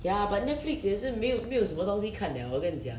ya but netflix 也是没有没有什么东西看了我跟你讲